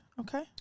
okay